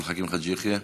עבד אל חכים חאג' יחיא,